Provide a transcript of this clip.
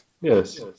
Yes